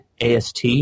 AST